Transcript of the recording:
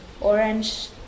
Orange